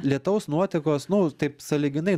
lietaus nuotekos nu taip sąlyginai